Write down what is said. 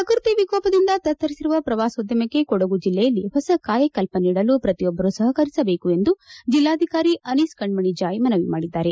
ಪ್ರಕೃತಿ ವಿಕೋಪದಿಂದ ತತ್ತರಿಸಿರುವ ಪ್ರವಾಸೋದ್ಯಮಕ್ಕೆ ಕೊಡಗು ಜಿಲ್ಲೆಯಲ್ಲಿ ಹೊಸ ಕಾಯಕಲ್ಪ ನೀಡಲು ಪ್ರತಿಯೊಬ್ಬರು ಸಪಕರಿಸಬೇಕು ಎಂದು ಜಿಲ್ಲಾಧಿಕಾರಿ ಅನೀಸ್ ಕಣ್ಣಣಿ ಜಾಯ್ ಮನವಿ ಮಾಡಿದ್ದಾರೆ